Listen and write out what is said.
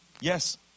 Yes